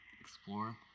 explore